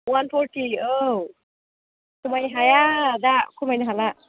one फर्टि औ खमायनो हाया दा खमायनो हाला